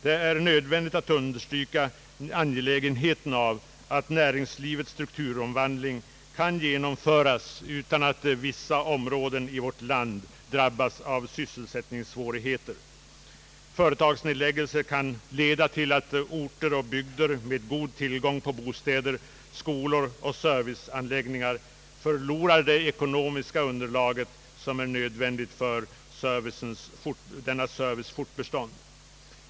Det är nödvändigt att understryka angelägenheten av att näringslivets strukturomvandling kan genomföras utan att vissa områden i vårt land drabbas av sysselsättningssvårigheter. Företagsnedläggelser kan leda till att orter och bygder med god tillgång till bostäder, skolor och serviceanläggningar förlorar det ekonomiska underlag som behövs för denna servicens fortbestånd.